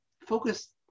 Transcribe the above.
focus